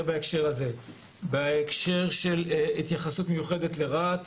בהקשר של התייחסות מיוחדת לרהט,